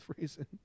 reason